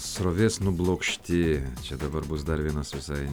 srovės nublokšti čia dabar bus dar vienas visai